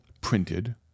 printed